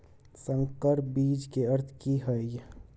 संकर बीज के अर्थ की हैय?